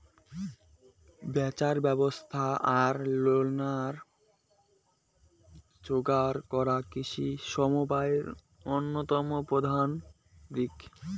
ব্যাচার ব্যবস্থা আর লোনের যোগার করা কৃষি সমবায়ের অইন্যতম প্রধান দিক